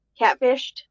catfished